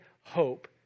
hope